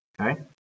okay